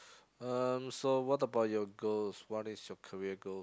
um so what about your goals what is your career goals